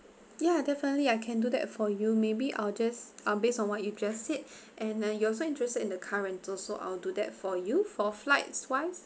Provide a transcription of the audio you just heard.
ya definitely I can do that for you maybe I'll just uh based on what you just said and then you also interested in the car rental so I'll do that for you for flights wise